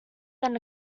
than